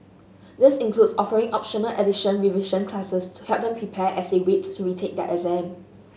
this includes offering optional additional revision classes to help them prepare as they wait to retake their exam